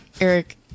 Eric